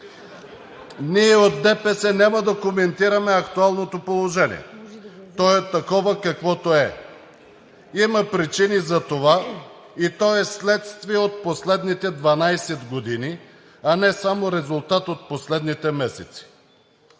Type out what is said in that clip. Ние от ДПС няма да коментираме актуалното положение. То е такова, каквото е. Има причини за това и то е следствие от последните 12 години, а не само резултат от последните месеци.